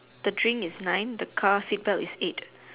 the drink is nine the car seat belt is eight